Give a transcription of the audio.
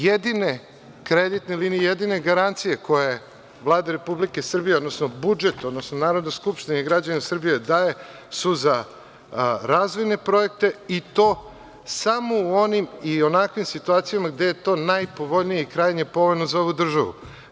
Jedine kreditne linije, jedine garancije koje Vlada Republike Srbije, odnosno budžet, odnosno Narodna skupština i građani Srbije daje su za razvojne projekte i to samo u onim i onakvim situacijama gde je to najpovoljnije i krajnje povoljno za ovu državu.